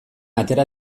atera